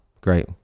Great